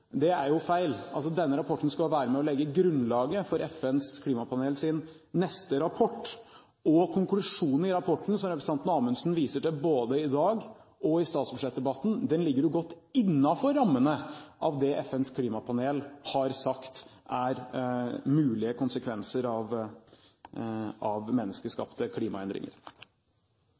Det er feil. Denne rapporten skal være med og legge grunnlaget for FNs klimapanels neste rapport, og konklusjonen i rapporten som representanten Amundsen viser til, både i dag og i statsbudsjettdebatten, ligger godt innenfor rammene av det FNs klimapanel har sagt er mulige konsekvenser av menneskeskapte klimaendringer.